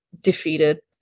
defeated